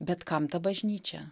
bet kam ta bažnyčia